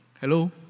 Hello